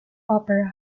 opera